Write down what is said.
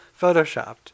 photoshopped